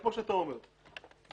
גבי אומר פה משאית אחת.